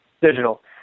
digital